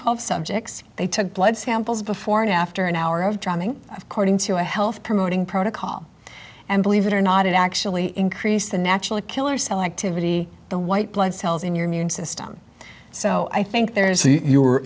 twelve subjects they took blood samples before and after an hour of driving cording to a health promoting protocol and believe it or not it actually increased the natural killer cell activity the white blood cells in your immune system so i think there's a you